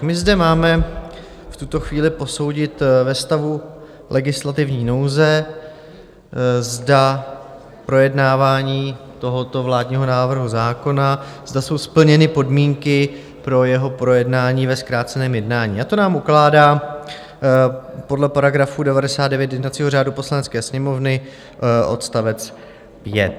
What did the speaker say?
My zde máme v tuto chvíli posoudit ve stavu legislativní nouze, zda projednávání tohoto vládního návrhu zákona, zda jsou splněny podmínky pro jeho projednání ve zkráceném jednání, a to nám ukládá podle § 99 jednacího řádu Poslanecké sněmovny odst. 5.